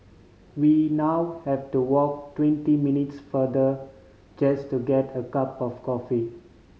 we now have to walk twenty minutes farther just to get a cup of coffee